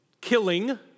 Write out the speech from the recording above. killing